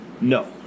no